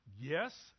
Yes